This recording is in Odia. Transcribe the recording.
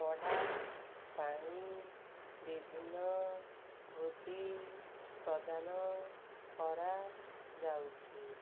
ପଢ଼ା ପାଇଁ ବିଭିନ୍ନ ବୃତ୍ତି ପ୍ରଦାନ କରାଯାଉଛି